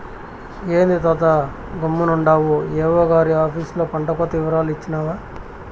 ఏంది తాతా గమ్మునుండావు ఏవో గారి ఆపీసులో పంటకోత ఇవరాలు ఇచ్చినావా